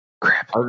Crap